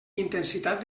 intensitat